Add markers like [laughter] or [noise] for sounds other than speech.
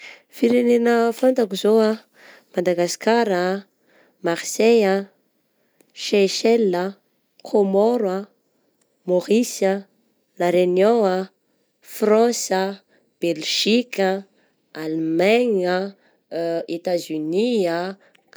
Firenena fantako izao ah [noise] Madagasikara, Marseille ah, Seychelles ah, Comore ah, Maurice, La Reunion, France ah, Belgique, Allemagne, [hesitation] Etats-Unies ah.